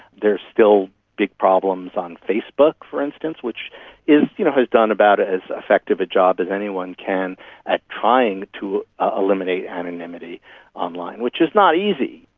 there are still big problems on facebook, for instance, which you know has done about as effective a job as anyone can at trying to ah eliminate anonymity online, which is not easy.